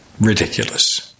ridiculous